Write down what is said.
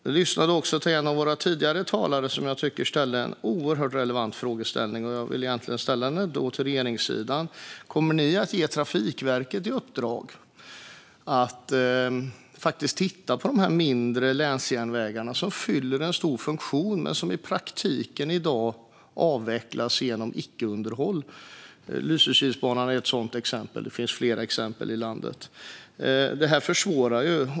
Jag lyssnade också på en av våra tidigare talare, som jag tyckte ställde en mycket relevant fråga. Jag vill ställa den till regeringssidan: Kommer ni att ge Trafikverket i uppdrag att titta på de mindre länsjärnvägarna, som ju fyller en stor funktion men som i praktiken i dag avvecklas genom icke-underhåll? Lysekilsbanan är ett exempel. Det finns fler exempel i landet. Detta försvårar ju.